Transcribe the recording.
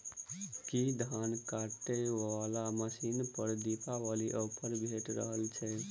की धान काटय वला मशीन पर दिवाली ऑफर भेटि रहल छै?